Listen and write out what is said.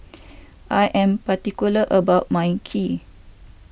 I am particular about my Kheer